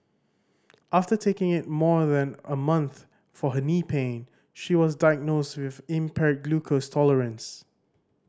after taking it more than a month for her knee pain she was diagnosed with impaired glucose tolerance